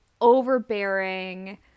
overbearing